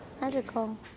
magical